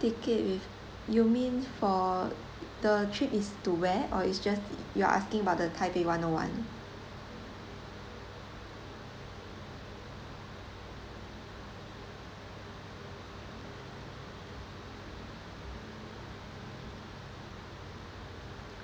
ticket with you mean for the trip is to where or it's just you're asking about the taipei one O one